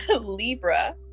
Libra